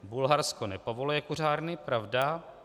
Bulharsko nepovoluje kuřárny, pravda.